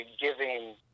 giving